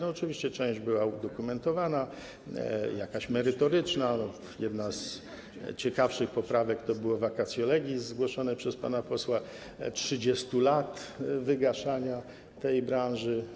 Oczywiście część była udokumentowana, merytoryczna, jedną z ciekawszych poprawek było vacatio legis zgłoszone przez pana posła - 30 lat wygaszania tej branży.